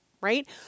right